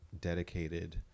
dedicated